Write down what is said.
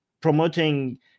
promoting